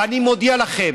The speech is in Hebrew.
ואני מודיע לכם: